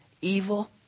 evil